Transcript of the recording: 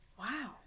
Wow